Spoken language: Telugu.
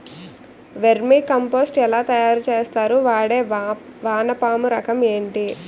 వెర్మి కంపోస్ట్ ఎలా తయారు చేస్తారు? వాడే వానపము రకం ఏంటి?